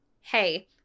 hey